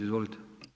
Izvolite.